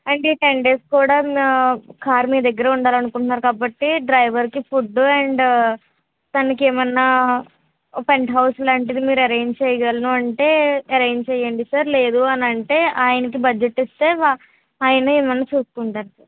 అంటే ఈ ten days కూడా కార్ మీ దగ్గర ఉండాలనుకుంటున్నారు కాబట్టి డ్రైవర్కి ఫుడ్డు అండ్ తనకేమన్నా పెంట్ హౌస్ లాంటిది మీరు అరేంజ్ చేయగలను అంటే అరేంజ్ చేయండి సార్ లేదు అని అంటే ఆయనకి బడ్జెట్ ఇస్తే వా ఆయనే ఎమన్నా చూసుకుంటాడు సార్